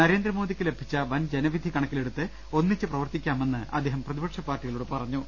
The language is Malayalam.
നരേന്ദ്രമോദിയ്ക്ക് ലഭിച്ച വൻ ജനവിധി കണക്കിലെടുത്ത് ഒന്നിച്ച് പ്രവർത്തിക്കാമെന്ന് അദ്ദേഹം പ്രതിപക്ഷ പാർട്ടിക ളോട് പറഞ്ഞു